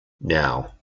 now